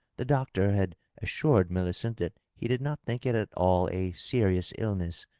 the doctor had assured millicent that he did not think it at all a serious illness,